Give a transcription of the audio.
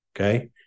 Okay